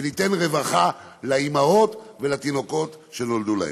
וניתן רווחה לאימהות ולתינוקות שנולדו להן.